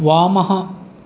वामः